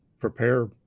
prepare